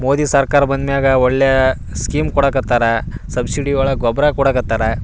ಮೋದಿ ಸರ್ಕಾರ ಬಂದ್ಮ್ಯಾಗ ಒಳ್ಳೆಯ ಸ್ಕೀಮ್ ಕೊಡಾಕತ್ತಾರ ಸಬ್ಸಿಡಿ ಒಳಗೆ ಗೊಬ್ಬರ ಕೊಡಾಕತ್ತಾರ